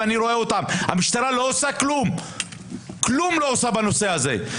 ואני רואה אותם המשטרה לא עושה כלום בנושא הזה.